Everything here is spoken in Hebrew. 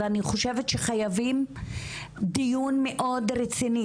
ואני חושבת שחייבים דיון מאוד רציני